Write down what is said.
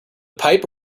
pipe